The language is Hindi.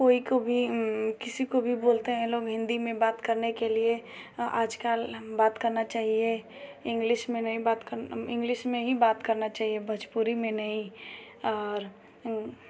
कोइ को भी किसी को भी बोलते हैं ये लोग हिन्दी में बात करने के लिए आजकल बात करनी चाहिए इंग्लिश में नहीं बात करना इंग्लिश में ही बात करनी चाहिए भोजपुरी में नहीं और